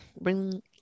bring